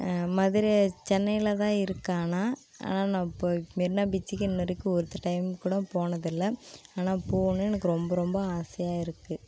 மதுரை சென்னையில் தான் இருக்கேன் ஆனால் ஆனால் நான் இப்போ மெரினா பீச்சிக்கு இன்னும் வரைக்கும் ஒருத்தட டைம் கூட போனதில்லை ஆனால் போகணும் எனக்கு ரொம்ப ரொம்ப ஆசையாக இருக்குது